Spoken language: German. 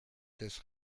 des